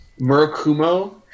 Murakumo